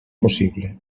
possible